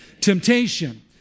Temptation